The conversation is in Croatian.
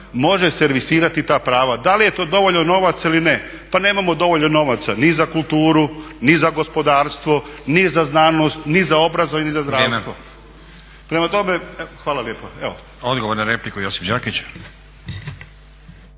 može servisirati ta prava. Da li je to dovoljno novaca ili ne? Pa nemamo dovoljno novaca ni za kulturu, ni za gospodarstvo, ni za znanost, ni za obrazovanje ni za zdravstvo. Hvala lijepa. **Stazić, Nenad (SDP)** Odgovor na repliku, Josip Đakić.